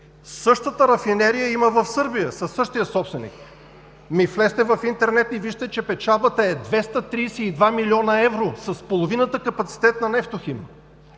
Същата рафинерия има в Сърбия, със същия собственик. Ами, влезте в интернет и вижте, че печалбата е 232 млн. евро – с половината капацитет на „Нефтохим“.